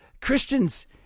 Christians